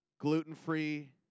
gluten-free